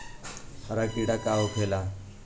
हरा कीड़ा का होखे ला?